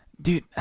Dude